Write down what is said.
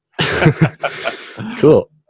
cool